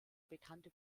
bekannte